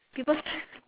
people